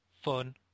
Fun